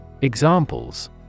Examples